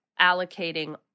allocating